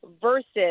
versus